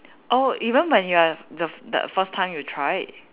oh even when you are the f~ the first time you tried